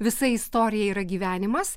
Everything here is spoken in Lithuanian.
visa istorija yra gyvenimas